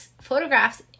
photographs